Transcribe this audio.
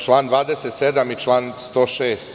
Član 27. i član 106.